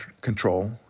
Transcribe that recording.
control